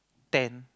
ten